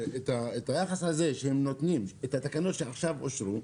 היחס הזה שהם נותנים, התקנות שעכשיו אושרו,